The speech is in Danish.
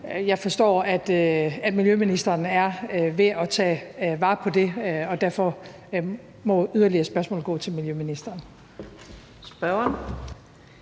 Jeg forstår, at miljøministeren er ved at tage vare på det, og derfor må yderligere spørgsmål gå til miljøministeren.